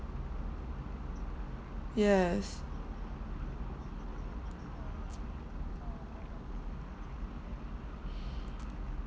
yes